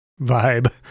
vibe